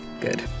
Good